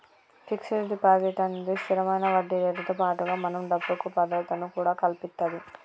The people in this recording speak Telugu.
ఫిక్స్డ్ డిపాజిట్ అనేది స్తిరమైన వడ్డీరేటుతో పాటుగా మన డబ్బుకి భద్రతను కూడా కల్పిత్తది